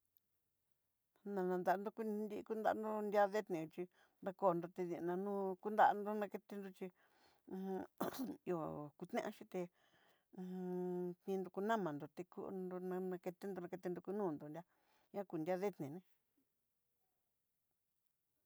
Nanantandó kunrí kunrandó nría, deden chí nakondó tindí nano'o kunranró nakenró chí, uj ihó kutiá yuté uju kuinró kunamanró, tikunró nanaketenró naketenro kunonró nrá ña kú ñadeté ñadete né.